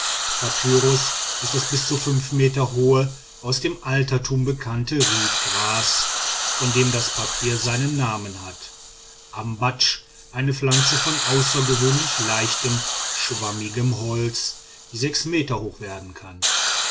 papyrus ist das bis zu fünf meter hohe aus dem altertum bekannte riedgras von dem das papier seinen namen hat ambatsch eine pflanze von außergewöhnlich leichtem schwammigem holz die sechs meter hoch werden kann